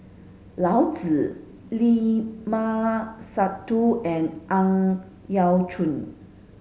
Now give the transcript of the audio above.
Yao Zi Limat Sabtu and Ang Yau Choon